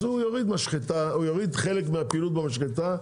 אז הוא יוריד חלק מהפעילות במשחטה,